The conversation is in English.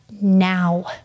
now